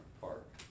Park